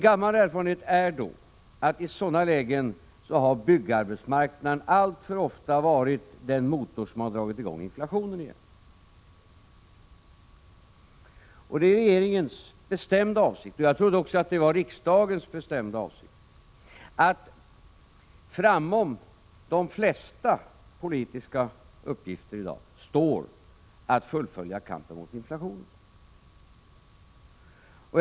Erfarenheten visar att byggarbetsmarknaden i sådana lägen alltför ofta har varit den motor som dragit i gång inflationen igen. Det är regeringens bestämda avsikt — och jag trodde att det också var riksdagens — att framom de flesta politiska uppgifter i dag står att fullfölja kampen mot inflationen.